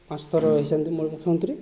ପାଞ୍ଚଥର ହୋଇଛନ୍ତି ମୁଖ୍ୟମନ୍ତ୍ରୀ